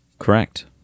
Correct